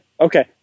Okay